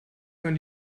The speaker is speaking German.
von